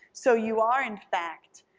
so you are, in fact,